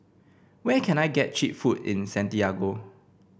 where can I get cheap food in Santiago